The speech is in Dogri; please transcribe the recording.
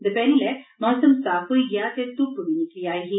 दपेहरीं लै मौसम साफ होई गेआ ते धुप्प बी निकली आई ही